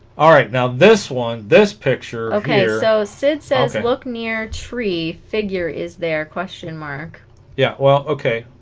all right now this one this picture okay so sid says look near tree figure is there question mark yeah well okay